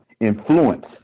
Influence